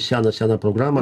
seną seną programą